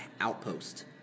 Outpost